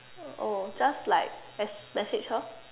oh just like mess~ message her